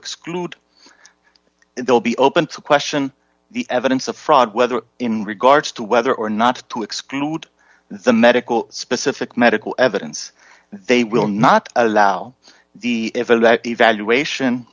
exclude they'll be open to question the evidence of fraud whether in regards to whether or not to exclude the medical specific medical evidence they will not allow the evil that evaluation